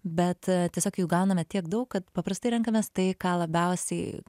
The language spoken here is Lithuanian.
bet tiesiog jų gauname tiek daug kad paprastai renkamės tai ką labiausiai